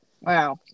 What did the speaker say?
Wow